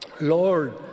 Lord